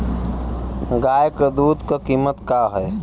गाय क दूध क कीमत का हैं?